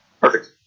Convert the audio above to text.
perfect